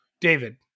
David